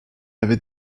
avait